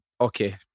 okay